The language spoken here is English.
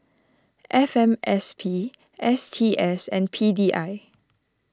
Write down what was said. F M S P S T S and P D I